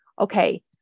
okay